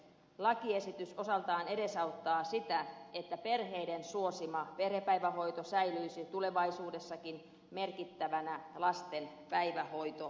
lakiesitys osaltaan edesauttaa sitä että perheiden suosima perhepäivähoito säilyisi tulevaisuudessakin merkittävänä lasten päivähoitomuotona